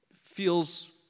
feels